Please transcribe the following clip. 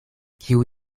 kiu